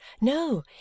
NO